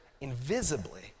invisibly